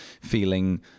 feeling